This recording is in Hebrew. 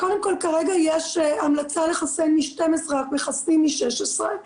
כרגע יש המלצה לחסן מ-12, רק מחסנים מ-16.